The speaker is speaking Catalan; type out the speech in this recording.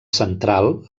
central